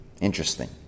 Interesting